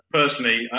personally